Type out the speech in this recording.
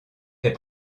est